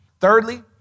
Thirdly